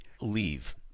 leave